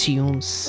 Tunes